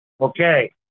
Okay